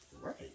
Right